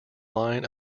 line